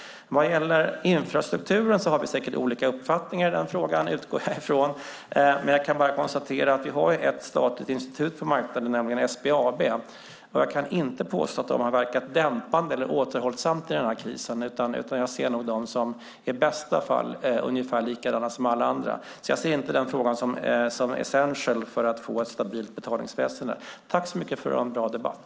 Jag utgår från att vi har olika uppfattningar i frågan om infrastrukturen. Men jag kan bara konstatera att vi har ett statligt institut på marknaden, nämligen SBAB, och jag kan inte påstå att de har verkat dämpande eller återhållsamt i denna kris. Jag ser dem i bästa fall som ungefär likadana som alla andra. Jag ser därför inte den frågan som essential för att få ett stabilt betalningsväsen. Jag tackar för en bra debatt.